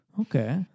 okay